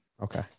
Okay